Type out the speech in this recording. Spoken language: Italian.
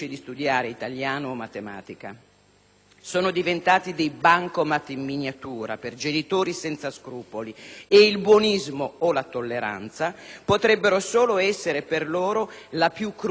Sono diventati dei bancomat in miniatura per genitori senza scrupoli e il buonismo o la tolleranza potrebbero solo essere per loro la più crudele delle punizioni.